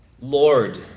Lord